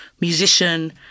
musician